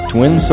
Twin